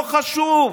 לא חשוב.